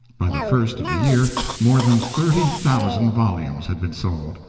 by the first of the year more than thirty thousand volumes had been sold.